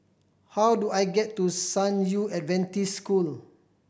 how do I get to San Yu Adventist School